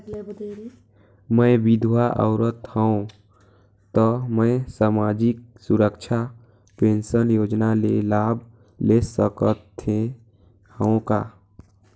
मैं विधवा औरत हवं त मै समाजिक सुरक्षा पेंशन योजना ले लाभ ले सकथे हव का?